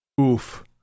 oof